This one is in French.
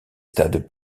stades